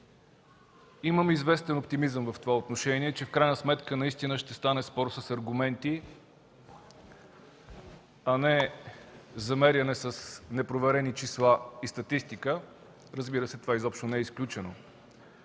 Имаме известен оптимизъм в това отношение, че в крайна сметка наистина ще стане спор с аргументи, а не замеряне с непроверени числа и статистика. Разбира се, това изобщо не е изключено.